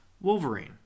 Wolverine